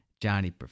Johnny